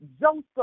Joseph